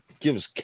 gives